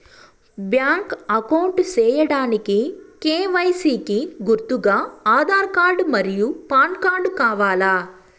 Bank account సేయడానికి KYC కి గుర్తుగా ఆధార్ కార్డ్ మరియు పాన్ కార్డ్ కావాలా?